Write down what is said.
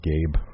Gabe